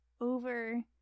over